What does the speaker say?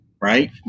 Right